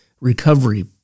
recovery